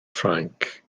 ffrainc